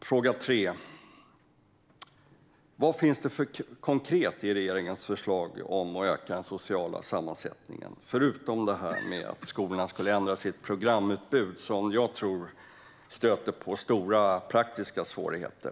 Fråga tre: Vad finns det för konkret i regeringens förslag om att öka den sociala sammansättningen, förutom detta att skolorna ska ändra sitt programutbud, vilket jag tror stöter på stora praktiska svårigheter?